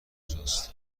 کجاست